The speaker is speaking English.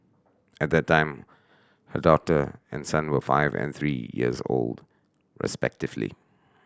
at that time her daughter and son were five and three years old respectively